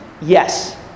yes